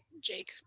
Jake